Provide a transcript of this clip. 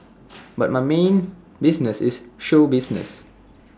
but my main business is show business